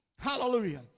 Hallelujah